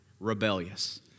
rebellious